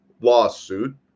lawsuit